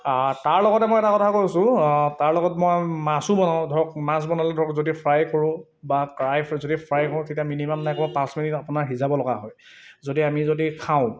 তাৰ লগতে মই এটা কথা কৈছোঁ তাৰ লগত মই মাছো বনাওঁ ধৰক মাছ বনালে ধৰক যদি ফ্ৰাই কৰোঁ বা কাৰাই যদি ফ্ৰাই কৰোঁ তেতিয়া মিনিমাম নাই কমেও পাঁচ মিনিট আপোনাৰ সিজাব লগা হয় যদি আমি যদি খাওঁ